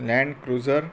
land cruiser